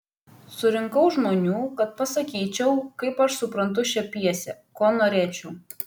surinkau žmonių kad pasakyčiau kaip aš suprantu šią pjesę ko norėčiau